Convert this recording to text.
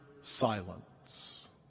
silence